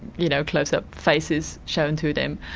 you know, close up faces shown to them.